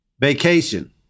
Vacation